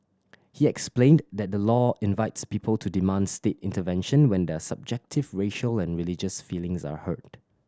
he explained that the law invites people to demand state intervention when their subjective racial and religious feelings are hurt